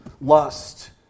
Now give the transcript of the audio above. lust